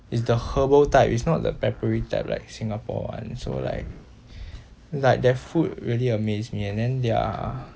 is the herbal type is not the peppery type like singapore one so like like their food really amaze me eh and then there are